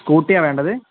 scooty ആണോ വേണ്ടത്